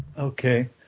Okay